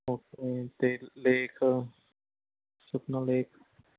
okay ਅਤੇ lake Sukhna lake